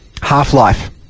Half-Life